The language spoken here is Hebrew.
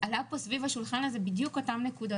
עלה סביב השולחן הזה בדיוק אותן נקודות